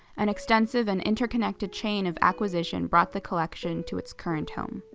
an extensive and interconnected chain of acquisition brought the collection to its current home.